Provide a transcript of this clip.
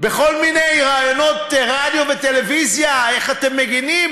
בכל מיני ראיונות רדיו וטלוויזיה איך אתם מגינים,